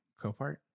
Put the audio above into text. Copart